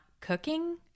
cooking